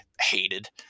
hated